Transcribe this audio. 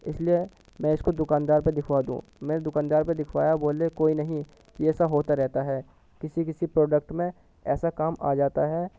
اس لیے میں اس کو دکاندار کو دکھوا دوں میں دکاندار کو دکھوایا بولے کوئی نہیں یہ ایسا ہوتا رہتا ہے کسی کسی پروڈکٹ میں ایسا کام آ جاتا ہے